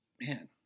man